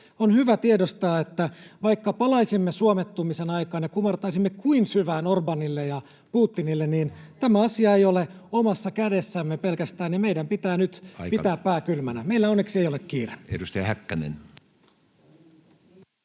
On hyvä tiedostaa, että vaikka palaisimme suomettumisen aikaan ja kumartaisimme kuinka syvään Orbánille ja Putinille, niin tämä asia ei ole pelkästään omassa kädessämme, ja meidän pitää nyt pitää [Puhemies: Aika!] pää kylmänä. Meillä onneksi ei ole kiire.